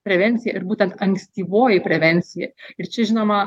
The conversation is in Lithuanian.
prevencija ir būtent ankstyvoji prevencija ir čia žinoma